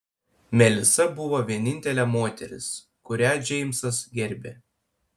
melisa buvo vienintelė moteris kurią džeimsas gerbė